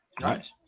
Nice